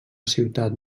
ciutat